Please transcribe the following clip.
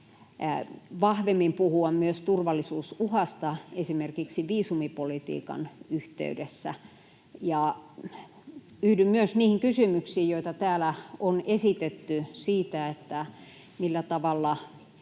vahvemmin puhua myös turvallisuusuhasta esimerkiksi viisumipolitiikan yhteydessä. Ja yhdyn myös niihin kysymyksiin, joita täällä on esitetty siitä, millä tavalla